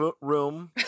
room